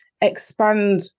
expand